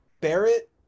Barrett